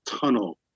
tunnel